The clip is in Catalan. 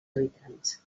habitants